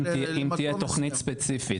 אם תהיה תכנית ספיציפית,